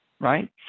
right